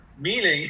meaning